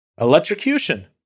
Electrocution